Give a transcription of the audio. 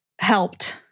helped